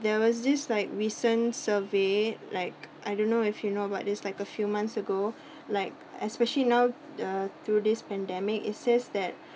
there was this like recent survey like I don't know if you know about this like a few months ago like especially now uh through this pandemic it says that